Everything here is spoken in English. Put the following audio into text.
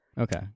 Okay